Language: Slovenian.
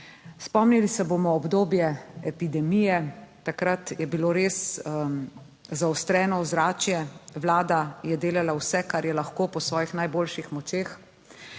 Spomnili se bomo obdobje epidemije. Takrat je bilo res zaostreno ozračje. Vlada je delala vse, kar je lahko, po svojih najboljših močeh,